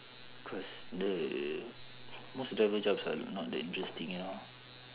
cause the most driver jobs are not that interesting you know